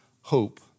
hope